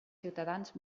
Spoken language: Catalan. ciutadans